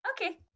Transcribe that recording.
Okay